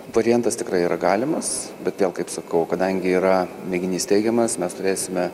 variantas tikrai yra galimas bet vėl kaip sakau kadangi yra mėginys teigiamas mes turėsime